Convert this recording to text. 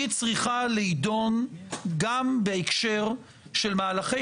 היא צריכה להידון גם בהקשר של מהלכי